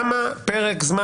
מהו פרק הזמן?